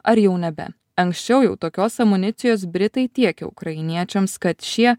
ar jau nebe anksčiau jau tokios amunicijos britai tiekė ukrainiečiams kad šie